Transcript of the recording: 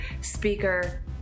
speaker